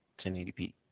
1080p